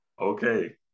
Okay